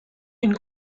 une